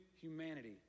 humanity